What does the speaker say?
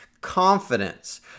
confidence